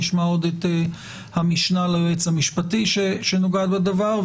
נשמע עוד את המשנה ליועץ המשפטי שנוגעת לדבר.